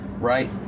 Right